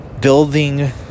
building